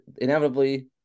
inevitably